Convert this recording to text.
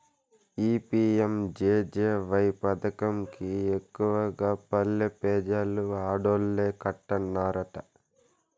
ఈ పి.యం.జె.జె.వై పదకం కి ఎక్కువగా పల్లె పెజలు ఆడోల్లే కట్టన్నారట